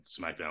Smackdown